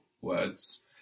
words